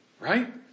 Right